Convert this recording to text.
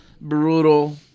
brutal